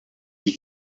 plus